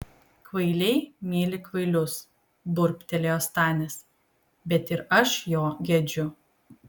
kvailiai myli kvailius burbtelėjo stanis bet ir aš jo gedžiu